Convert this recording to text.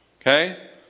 Okay